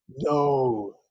No